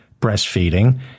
breastfeeding